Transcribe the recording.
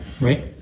right